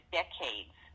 decades